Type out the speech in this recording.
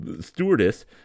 stewardess